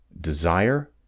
desire